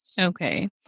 Okay